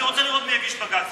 אני רוצה לראות מי יגיש בג"ץ.